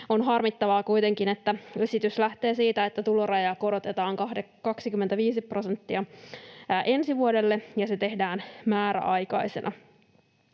kuitenkin, että esitys lähtee siitä, että tulorajaa korotetaan 25 prosenttia ensi vuodelle ja se tehdään määräaikaisena.